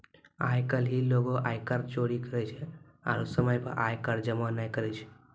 आइ काल्हि लोगें आयकर चोरी करै छै आरु समय पे आय कर जमो नै करै छै